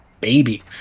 baby